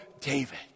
David